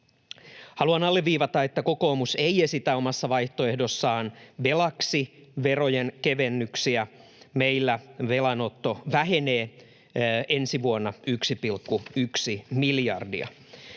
Haluan alleviivata, että kokoomus ei esitä omassa vaihtoehdossaan velaksi verojen kevennyksiä. Meillä velanotto vähenee ensi vuonna 1,1 miljardia.